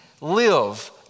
live